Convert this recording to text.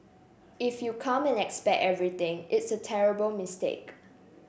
if you come and expect everything it's a terrible mistake